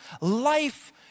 life